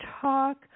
talk